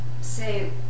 say